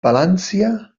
palància